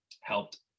helped